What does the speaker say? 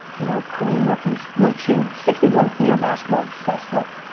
you know, kareem rookies, wilt chamber, sixty one fleer basketball, i'm obsessed with.